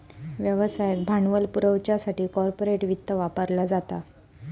व्यवसायाक भांडवल पुरवच्यासाठी कॉर्पोरेट वित्त वापरला जाता